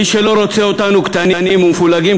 מי שלא רוצה אותנו קטנים ומפולגים,